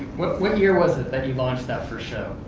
what year was it that you launched that first show?